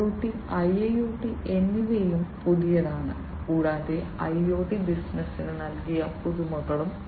IoT IIoT എന്നിവയും പുതിയതാണ് കൂടാതെ IoT ബിസിനസിന് നൽകിയ പുതുമകളും